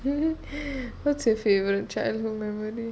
what's your favourite childhood memory